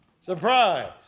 Surprise